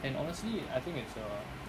and honestly I think it's a